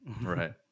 Right